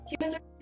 humans